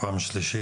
בפעם השלישית.